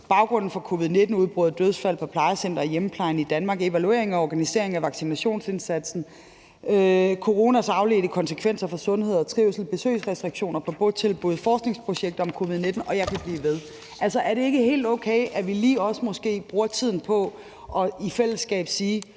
baggrunden for covid-19-udbrud og dødsfald på plejecentre og i hjemmeplejen i Danmark, evaluering og organisering af vaccinationsindsatsen, coronas afledte konsekvenser for sundhed og trivsel, besøgsrestriktioner på botilbud, forskningsprojekter om covid-19, og jeg kunne blive ved. Altså, er det ikke helt okay, at vi måske også lige bruger tiden på i fællesskab at